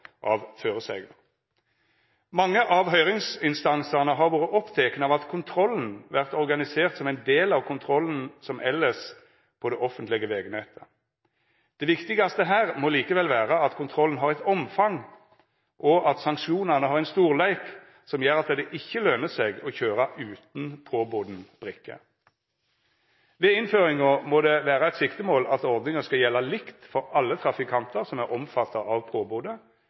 av føresegna. Mange av høyringsinstansane har vore opptekne av at kontrollen vert organisert som ein del av kontrollen som elles er på det offentlege vegnettet. Det viktigaste her må likevel vera at kontrollen har eit omfang og at sanksjonane har ein storleik som gjer at det ikkje løner seg å køyra utan påboden brikke. Ved innføringa må det vera eit siktemål at ordninga skal gjelda likt for alle trafikantar som er omfatta av påbodet,